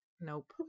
Nope